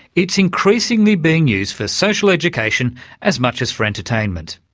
it's increasingly being used for social education as much as for entertainment.